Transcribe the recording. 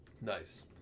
nice